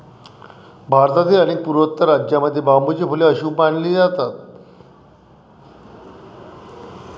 भारतातील अनेक पूर्वोत्तर राज्यांमध्ये बांबूची फुले अशुभ मानली जातात